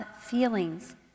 feelings